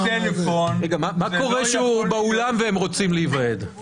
מה קורה כשהוא באולם והם רוצים להיוועד?